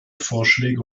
vorschläge